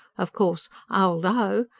of course old o.